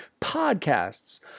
podcasts